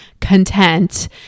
content